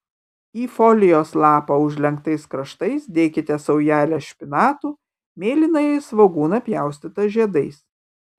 į folijos lapą užlenktais kraštais dėkite saujelę špinatų mėlynąjį svogūną pjaustytą žiedais